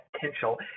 potential